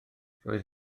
roedd